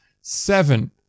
seven